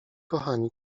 kochani